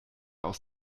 aus